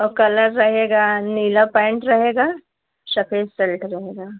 और कलर रहेगा नीला पैन्ट रहेगा सफेद सल्ट रहेगा